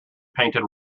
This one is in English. painted